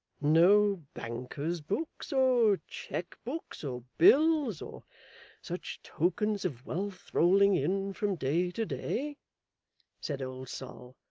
no bankers books, or cheque books, or bills, or such tokens of wealth rolling in from day to day said old sol,